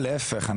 להיפך,